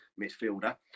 midfielder